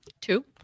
Two